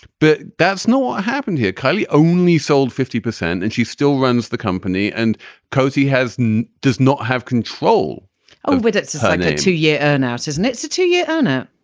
but that's not what happened here. kylie only sold fifty percent and she still runs the company. and coty has and does not have control with its ah two year earnout is next two year owner,